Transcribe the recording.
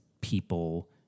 people